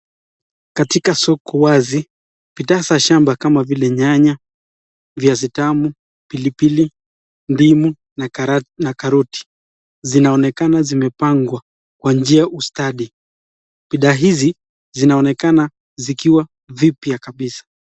Katika soko wazi. Bidhaa za shamba kama vile nyanya, viazi tamu, pilipili, ndimu na karoti. Zinaonekana zimepangwa kwa njia ustadi. Bidhaa hizi zinaonekana zikiwa vipya kabisa.